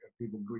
people